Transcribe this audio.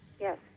yes